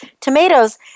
tomatoes